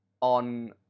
on